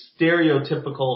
stereotypical